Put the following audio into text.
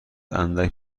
اندک